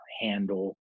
handle